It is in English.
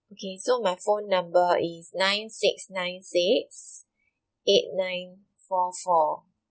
okay so my phone number is nine six nine six eight nine four four